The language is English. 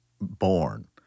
born